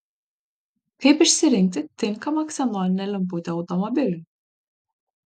kaip išsirinkti tinkamą ksenoninę lemputę automobiliui